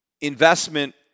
investment